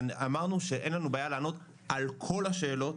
אמרנו שאין לנו בעיה לענות על כל השאלות